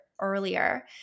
earlier